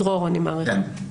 דרור, אני מעריכה.